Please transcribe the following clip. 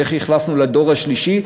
ואיך החלפנו לדור השלישי?